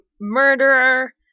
murderer